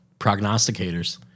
prognosticators